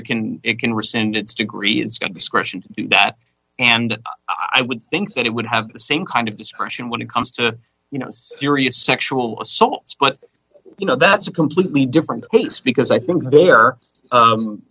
it can it can rescind its degree it's got discretion to do that and i would think that it would have the same kind of discretion when it comes to you know serious sexual assaults but you know that's a completely different it's because i think there